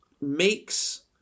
makes